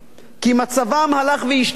כי מצבם הלך והשתנה.